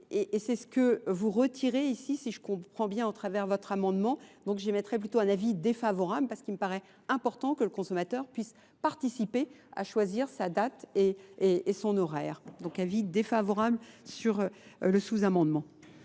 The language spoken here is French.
et c'est ce que vous retirez ici si je comprends bien en travers votre amendement donc je mettrais plutôt un avis défavorable parce qu'il me paraît important que le consommateur puisse participer à choisir sa date et son horaire. Donc avis défavorable sur le sous-amendement.